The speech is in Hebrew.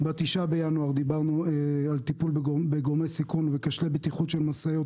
ב-9 בינואר דיברנו על טיפול בגורמי סיכון וכשלי בטיחות של משאיות,